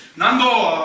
nando,